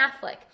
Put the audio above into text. Affleck